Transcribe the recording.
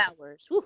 hours